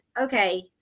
okay